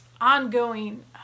ongoing